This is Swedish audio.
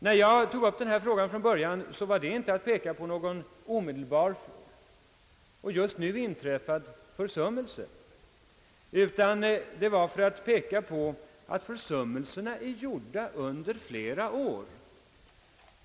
När jag tog upp denna fråga var det inte för att peka på någon direkt och just nu inträffad försummelse, utan jag ville framhålla att försummelserna var gjorda under flera år.